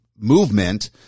movement